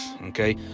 Okay